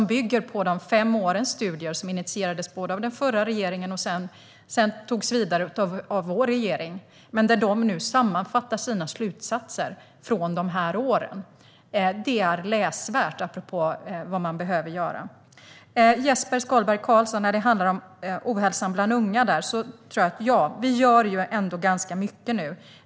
Den bygger på de fem års studier som initierades av den förra regeringen och som sedan togs vidare av vår regering. De har nu sammanfattat sina slutsatser från de fem åren. Det är läsvärt - apropå vad man behöver göra. Till Jesper Skalberg Karlsson, när det handlar om ohälsan bland unga, vill jag säga att vi ändå gör ganska mycket nu.